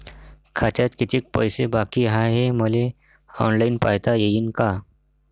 खात्यात कितीक पैसे बाकी हाय हे मले ऑनलाईन पायता येईन का?